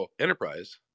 Enterprise